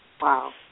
Wow